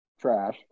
trash